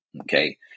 Okay